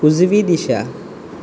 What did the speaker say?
उजवी दिशा